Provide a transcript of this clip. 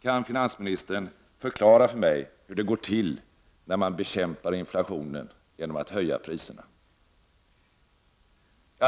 Kan finansministern förklara för mig: Hur går det till när man bekämpar inflationen genom att höja priserna?